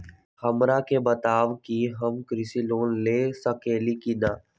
हमरा के बताव कि हम कृषि लोन ले सकेली की न?